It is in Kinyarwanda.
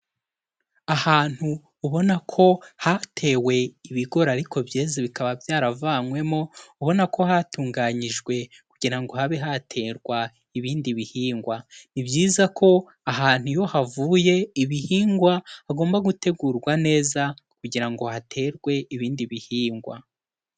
Ahantu ubona ko hatewe ibigori ariko byeze bikaba byaravanywemo ubona ko hatunganyijwe kugira ngo habe haterwa ibindi bihingwa. Ni byiza ko ahantu iyo havuye ibihingwa hagomba gutegurwa neza kugira ngo haterwe ibindi bihingwa.